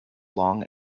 long